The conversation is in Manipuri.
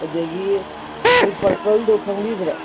ꯑꯗꯒꯤ ꯑꯩꯈꯣꯏ ꯄꯔꯄꯜꯗꯣ ꯈꯪꯕꯤꯕ꯭ꯔꯥ